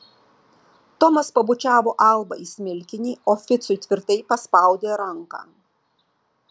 tomas pabučiavo albą į smilkinį o ficui tvirtai paspaudė ranką